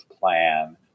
plan